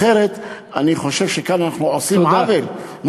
אחרת אנחנו עושים כאן עוול.